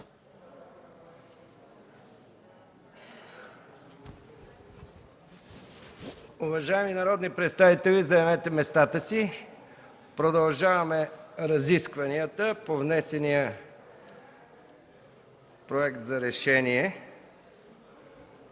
Уважаеми народни представители, заемете местата си. Продължаваме разискванията по внесения проект за решение.